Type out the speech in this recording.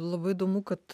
labai įdomu kad